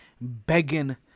begging